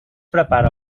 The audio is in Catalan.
prepara